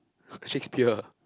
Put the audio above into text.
Shakespeare